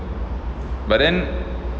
but then